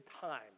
time